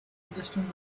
understood